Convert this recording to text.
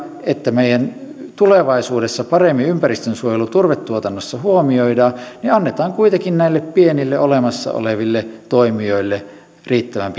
että tulevaisuudessa paremmin ympäristönsuojelu meidän turvetuotannossa huomioidaan niin annetaan kuitenkin näille pienille olemassa oleville toimijoille riittävän